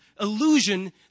illusion